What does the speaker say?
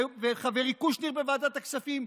וחברי קושניר בוועדת הכספים,